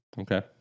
Okay